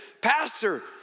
Pastor